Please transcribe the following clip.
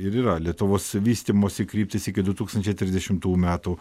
ir yra lietuvos vystymosi kryptis iki du tūkstančiai trisdešimtų metų